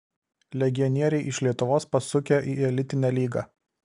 legionieriai iš lietuvos pasukę į elitinę lygą